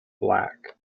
black